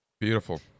beautiful